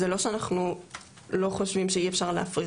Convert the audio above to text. זה לא שאנחנו לא חושבים שאי אפשר להפריט,